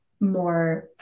More